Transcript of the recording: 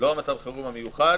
לא מצב החירום המיוחד,